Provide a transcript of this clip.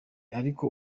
ariko